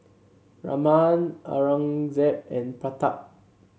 Raman Aurangzeb and Pratap